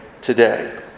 today